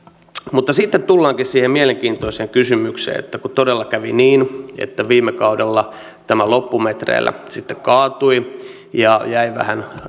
mutta sitten tullaankin siihen mielenkiintoiseen kysymykseen että kun todella kävi niin että viime kaudella tämä loppumetreillä sitten kaatui ja jäi vähän